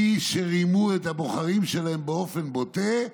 מי שרימו את הבוחרים שלהם באופן בוטה,